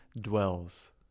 dwells